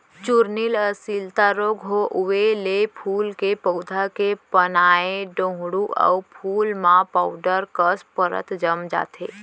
चूर्निल आसिता रोग होउए ले फूल के पउधा के पानाए डोंहड़ू अउ फूल म पाउडर कस परत जम जाथे